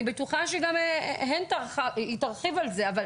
ואני בטוחה שגם היא תרחיב על זה, אבל